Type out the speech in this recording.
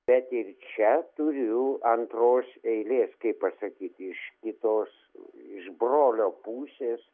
bet ir čia turiu antros eilės kaip pasakyti iš kitos iš brolio pusės